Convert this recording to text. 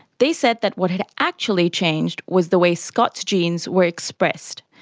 they said that what had actually changed was the way scott's genes were expressed.